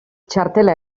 txartela